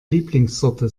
lieblingssorte